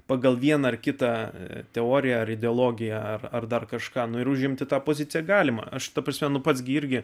pagal vieną ar kitą teoriją ar ideologiją ar dar kažką nu ir užimti tą poziciją galima aš ta prasme nu pats gi irgi